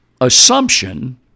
assumption